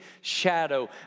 shadow